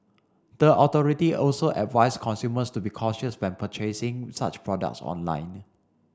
the authority also advised consumers to be cautious when purchasing such products online